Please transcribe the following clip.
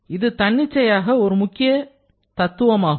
இது தன்னிச்சையாக ஒரு முக்கிய தத்துவமாகும்